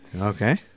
Okay